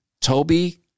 Toby